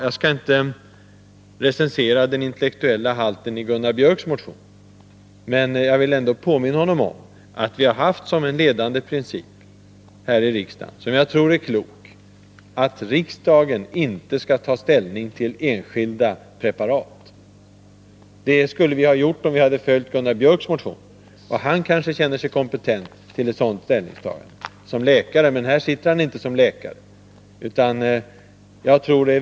Jag skall inte recensera den intellektuella halten i Gunnar Biörcks motion, men jag vill ändå påminna honom om att vi har haft som en ledande princip här i riksdagen, en princip som jag tror är klok, att riksdagen inte skall ta ställning till enskilda preparat. Det skulle vi ha gjort om vi hade följt Gunnar Biörcks motion. Gunnar Biörck kanske känner sig kompetent till ett sådant ställningstagande — som läkare, men här sitter han inte som läkare.